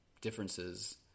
differences